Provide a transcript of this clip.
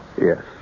Yes